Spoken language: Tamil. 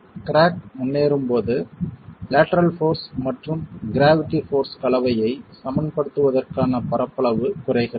கிராக் முன்னேறும்போது லேட்டரல் போர்ஸ் மற்றும் க்ராவிட்டி போர்ஸ் கலவையை சமன்படுத்துவதற்கான பரப்பளவு குறைகிறது